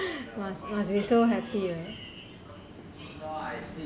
must must be so happy !huh!